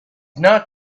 not